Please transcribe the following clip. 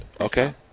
Okay